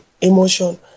emotion